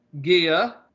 Gia